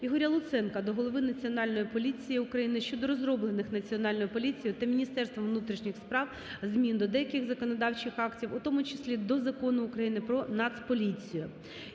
Ігоря Луценка до голови Національної поліції України щодо розроблених Національною поліцією та Міністерством внутрішніх справ змін до деяких законодавчих актів, у тому числі до Закону України "Про Нацполіцію".